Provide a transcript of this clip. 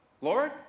Lord